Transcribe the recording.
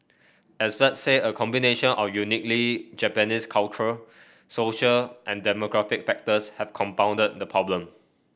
experts say a combination of uniquely Japanese cultural social and demographic factors have compounded the problem